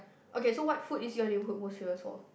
okay so what food is your neighbourhood most famous for